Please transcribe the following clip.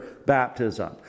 Baptism